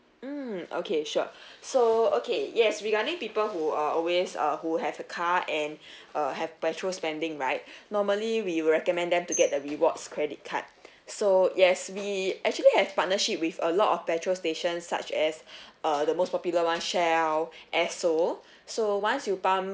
mm okay sure so okay yes regarding people who are always uh who have a car and uh have petrol spending right normally we recommend them to get the rewards credit card so yes we actually have partnership with a lot of petrol station such as uh the most popular one shell esso so once you pump